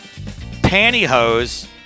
pantyhose